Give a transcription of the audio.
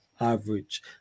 average